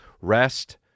rest